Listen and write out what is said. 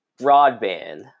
Broadband